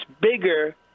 bigger